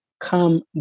come